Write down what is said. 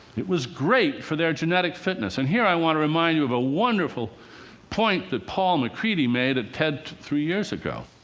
it was great for their genetic fitness. and here i want to remind you of a wonderful point that paul maccready made at ted three years ago.